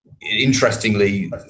interestingly